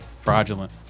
Fraudulent